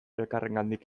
elkarrengandik